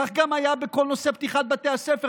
כך גם היה בכל נושא פתיחת בתי הספר.